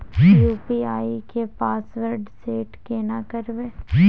UPI के password set केना करबे?